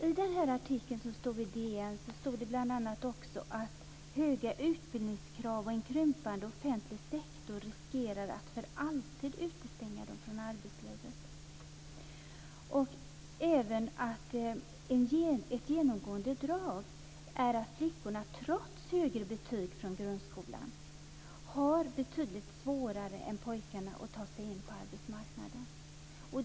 I den här artikeln som stod i DN stod det bl.a. också att höga utbildningskrav och en krympande offentlig sektor riskerar att för alltid utestänga dem från arbetslivet. Ett genomgående drag är att flickorna, trots högre betyg från grundskolan, har betydligt svårare än pojkarna att ta sig in på arbetsmarknaden.